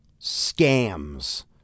scams